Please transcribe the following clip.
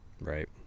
right